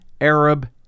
Arab